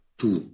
two